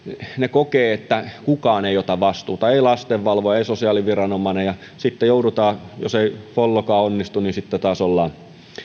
kokevat että kukaan ei ota vastuuta ei lastenvalvoja ei sosiaaliviranomainen ja jos ei follokaan onnistu sitten taas